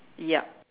yup